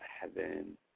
heaven